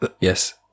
yes